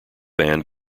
band